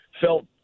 felt